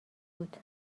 بود